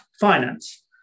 finance